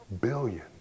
billion